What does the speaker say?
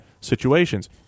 situations